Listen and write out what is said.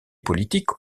politiques